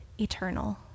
eternal